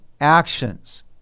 actions